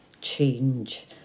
change